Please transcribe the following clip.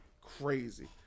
crazy